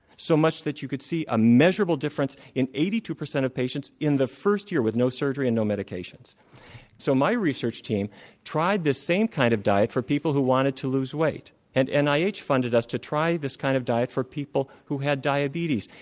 so much that you could see a measurable difference in eighty two percent of patients in the first year with no surgery and no um and so my research team tried this same kind of diet for people who wanted to lose weight, and and nih funded us to try this kind of diet for people who had diabetes.